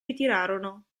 ritirarono